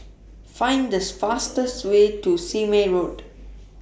Find The fastest Way to Sime Road